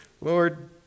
Lord